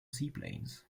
seaplanes